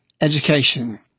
education